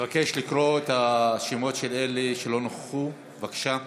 אבקש לקרוא את השמות של אלו שלא נכחו, בבקשה.